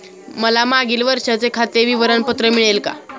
मला मागील वर्षाचे खाते विवरण पत्र मिळेल का?